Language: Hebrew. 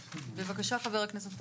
בבקשה, חבר הכנסת פרוש.